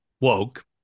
woke